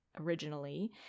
originally